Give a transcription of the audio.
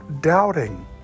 doubting